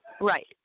Right